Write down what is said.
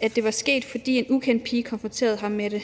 at det var sket, fordi en ukendt pige konfronterede ham med det.